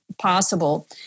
possible